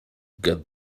get